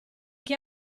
che